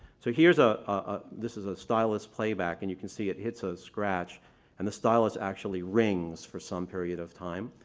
so here's ah a this is a stylus playback and you can see it hits a scratch and the stylus actually rings for some period of time.